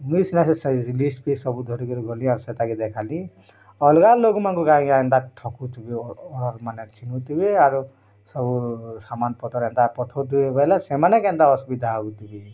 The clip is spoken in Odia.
ମୁଇଁ ସିନା ସେ ଲିଷ୍ଟ୍ ଫିଷ୍ଟ ସବୁ ଧରି କିରି ଗଲି ଆଉ ସେଟାକେ ଦେଖାଲି ଅଲଗା ଲୋକମାନଙ୍କୁ କାଇଁ ଏନ୍ତା ଠକୁ ଥିବେ ମାନେ ଚିହ୍ନୁ ଥିବେ ଆରୁ ସବୁ ସାମାନ୍ ପତ୍ର ଏନ୍ତା ପଠଉ ଥିବେ ବୋଲେ ସେମାନେ କେନ୍ତା ଅସୁବିଧା ହଉ ଥିବେ